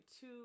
two